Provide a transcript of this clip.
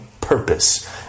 purpose